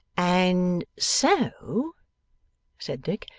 and so said dick,